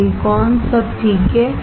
silicon सब ठीक है